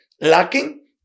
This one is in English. lacking